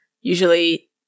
usually